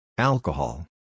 Alcohol